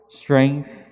strength